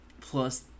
plus